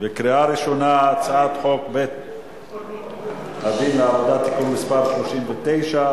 בקריאה ראשונה על הצעת חוק בית-הדין לעבודה (תיקון מס' 39),